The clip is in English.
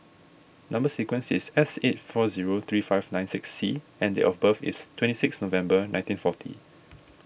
Number Sequence is S eight four zero three five nine six C and date of birth is twenty six November nineteen forty